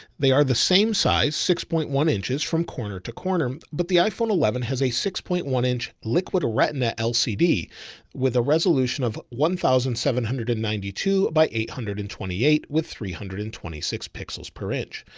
they are the same size six point one inches from corner to corner, but the iphone eleven has a six point one inch liquid retina lcd with a resolution of one thousand seven hundred and ninety two by eight hundred and twenty eight, with three hundred and twenty six pixels per inch.